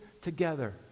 together